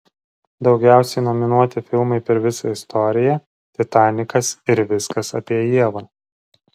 daugiausiai nominuoti filmai per visą istoriją titanikas ir viskas apie ievą